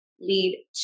lead